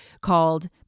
called